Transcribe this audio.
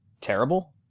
terrible